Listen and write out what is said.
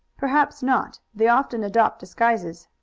perhaps not. they often adopt disguises.